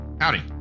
Howdy